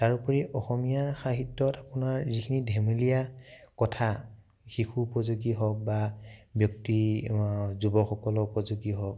তাৰোপৰি অসমীয়া সাহিত্যত আপোনাৰ যিখিনি ধেমেলীয়া কথা শিশু উপযোগী হওক বা ব্যক্তি যুৱকসকলৰ উপযোগী হওক